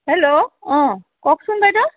hello অঁ কওকচোন বাইদেউ